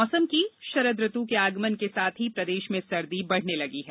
मौसम शरद ऋतु के आगमन के साथ ही प्रदेश में सर्दी बढ़ने लगी है